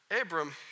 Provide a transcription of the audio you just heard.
Abram